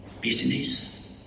business